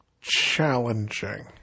challenging